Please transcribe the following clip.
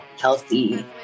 healthy